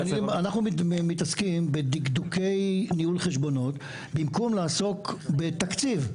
אנחנו מתעסקים בדקדוקי ניהול חשבונות במקום לעסוק בתקציב.